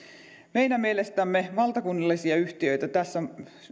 meidän mielestämme valtakunnallisia yhtiöitä tässä